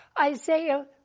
Isaiah